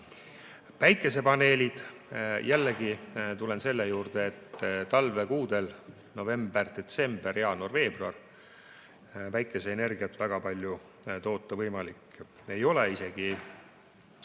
Päikesepaneelid. Jällegi tulen selle juurde, et talvekuudel – november, detsember, jaanuar, veebruar – ei ole päikeseenergiat väga palju toota võimalik isegi